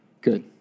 Good